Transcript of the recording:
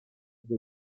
über